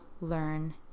learn